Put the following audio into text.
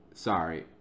Sorry